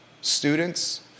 students